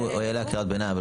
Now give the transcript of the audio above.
הוא העלה קריאת ביניים.